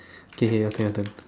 kay kay your turn your turn